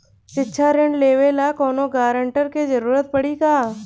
शिक्षा ऋण लेवेला कौनों गारंटर के जरुरत पड़ी का?